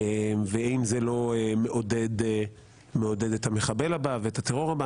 זה לא מעודד את המחבל הבא ואת הטרור הבא.